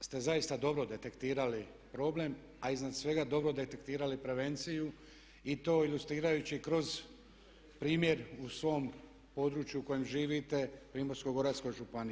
ste zaista dobro detektirali problem, a iznad svega dobro detektirali prevenciju i to ilustrirajući kroz primjer u svom području u kojem živite Primorsko-goranskoj županiji.